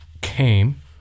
came